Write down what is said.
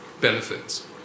benefits